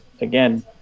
again